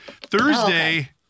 Thursday